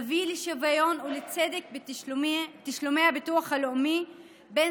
נביא לשוויון ולצדק בתשלומי הביטוח הלאומי בין